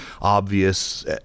obvious